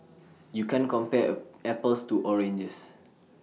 you can't compare apples to oranges